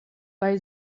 bei